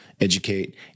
educate